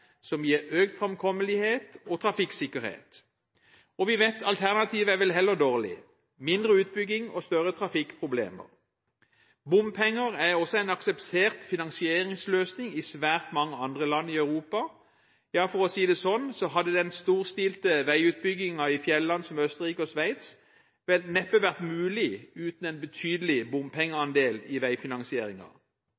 som gir økt framkommelighet og trafikksikkerhet. Vi vet at alternativet heller er dårlig: mindre utbygging og større trafikkproblemer. Bompenger er også en akseptert finansieringsløsning i svært mange andre land i Europa. Den storstilte veiutbyggingen i fjelland som Østerrike og Sveits hadde vel neppe vært mulig uten en betydelig